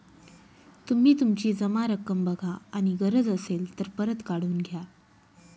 तुम्ही तुमची जमा रक्कम बघा आणि गरज असेल तर परत काढून घ्या